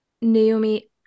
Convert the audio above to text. Naomi